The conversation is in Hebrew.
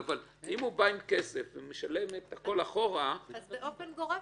אם הוא בא עם כסף ומשלם הכול אחורה --- באופן גורף